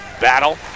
battle